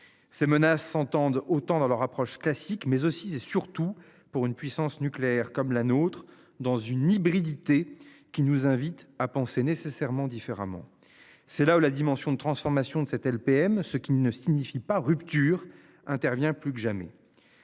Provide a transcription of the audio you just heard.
Ces menaces entendent autant dans leur approche classique mais aussi et surtout pour une puissance nucléaire comme la nôtre dans une hybridité qui nous invite à penser nécessairement différemment. C'est là où la dimension de transformation de cette LPM. Ce qui ne signifie pas rupture intervient plus que jamais.